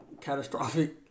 catastrophic